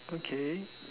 okay